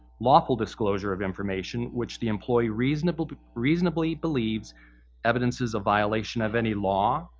lawful disclosure of information, which the employee reasonably reasonably believes evidences of violation of any law,